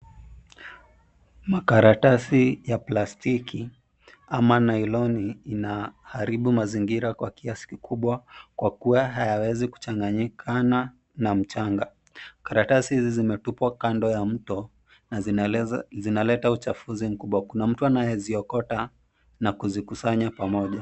Makaratasi ya plastiki ama nylon inaharibu mazingira kwa kiasi kikubwa kwa kuwa hayawezi kuchanginyikana na mchanga. Karatasi hizi zimetupwa kando ya mto na zinaleta uchafuzi mkubwa. Kuna mtu anayeziokota na kuzikusanya pamoja.